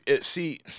See